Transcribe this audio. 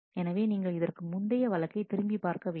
எனவே நீங்கள் இதற்கு முந்தைய வழக்கை திரும்பி பார்க்க வேண்டும்